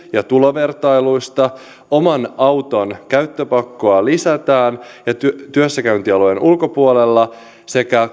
ja tulovertailusta oman auton käyttöpakkoa lisätään työssäkäyntialueen ulkopuolella sekä